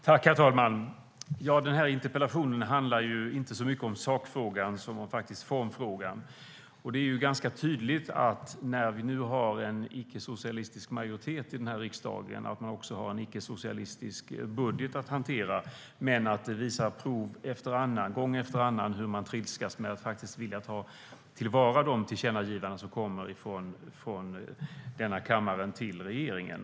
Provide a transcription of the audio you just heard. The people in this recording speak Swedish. Herr talman! Den här interpellationen handlar inte så mycket om sakfrågan som om formfrågan. Det är ganska tydligt när vi nu har icke-socialistisk majoritet i riksdagen att man också har en icke-socialistisk budget att hantera. Gång efter annan visar det sig dock att man trilskas när det gäller att ta till vara de tillkännagivanden som kommer från kammaren till regeringen.